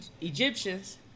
Egyptians